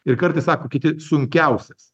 ir kartais sako kiti sunkiausias